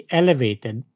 elevated